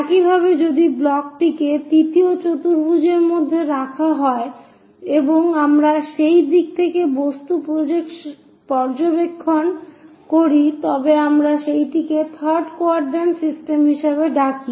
একইভাবে যদি ব্লকটিকে তৃতীয় চতুর্ভুজের মধ্যে রাখা হয় এবং আমরা সেই দিক থেকে বস্তু পর্যবেক্ষণ করি তবে আমরা সেইটিকে থার্ড কোয়াড্রান্ট সিস্টেম হিসাবে ডাকি